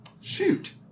shoot